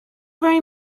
very